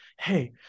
hey